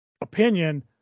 opinion